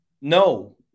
No